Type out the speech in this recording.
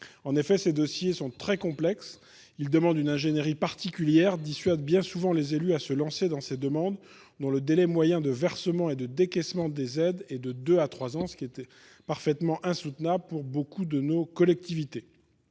En effet, ces dossiers sont très complexes, il demande une ingénierie particulière dissuade bien souvent les élus à se lancer dans ces demandes dans le délai moyen de versements et de décaissements des aides et de 2 à 3 ans, ce qui était parfaitement insoutenable pour beaucoup de nos collectivités.